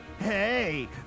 Hey